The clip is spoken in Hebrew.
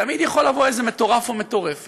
תמיד יכול לבוא איזה מטורף או מטורפת